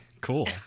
Cool